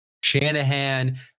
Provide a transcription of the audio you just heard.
Shanahan